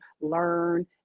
learn